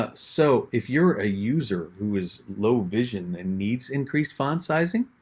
but so if you're a user who has low vision and needs increased font sizing,